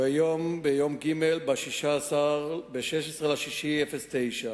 ביום שלישי, 16 ביוני 2009,